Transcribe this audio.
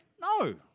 No